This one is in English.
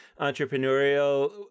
entrepreneurial